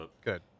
good